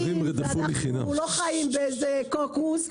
אנחנו לא חיים באיזה קוקוס,